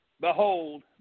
behold